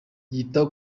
yita